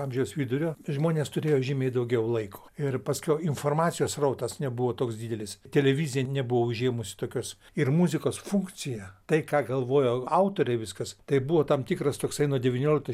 amžiaus vidurio žmonės turėjo žymiai daugiau laiko ir paskiau informacijos srautas nebuvo toks didelis televizija nebuvo užėmusi tokios ir muzikos funkcija tai ką galvojo autoriai viskas tai buvo tam tikras toksai nuo devyniolikto